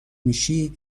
میشی